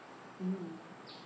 mm